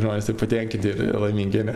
žmonės ir patenkinti ir laimingi ane